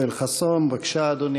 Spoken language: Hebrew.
חבר הכנסת יואל חסון, בבקשה, אדוני.